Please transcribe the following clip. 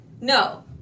No